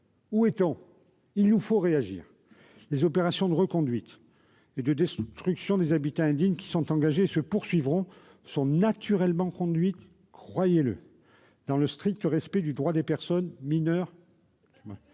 Où sommes-nous ? Il nous faut réagir ! Les opérations de reconduites à la frontière et de destruction des habitats indignes qui sont engagées et se poursuivront sont naturellement conduites, croyez-le, dans le strict respect du droit des personnes mineures.